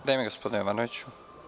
Vreme gospodine Jovanoviću.